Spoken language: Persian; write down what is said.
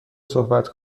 صحبت